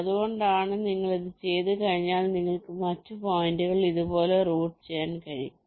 അതുകൊണ്ടാണ് നിങ്ങൾ ഇത് ചെയ്തുകഴിഞ്ഞാൽ നിങ്ങൾക്ക് മറ്റ് പോയിന്റുകൾ ഇതുപോലെ റൂട്ട് ചെയ്യാൻ കഴിയും